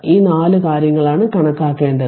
E 4 കാര്യങ്ങളാണ് കണക്കാക്കേണ്ടത്